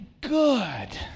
good